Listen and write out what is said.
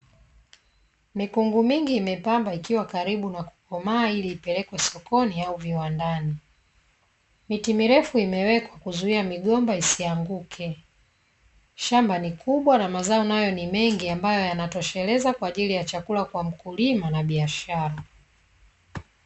Mikungi mingi imepamba ikiwa karibu na kukomaa ili ipelekwe sokoni au viwandani, miti mirefu imewekwa kuzuia migomba isianguke. Shamba ni kubwa na mazao nayo ni mengi ambayo yanatosheleza kwa ajili ya chakula kwa mkulima na biashara.